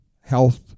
health